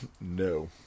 No